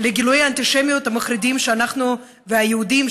על גילויי האנטישמיות המחרידים שאנחנו והיהודים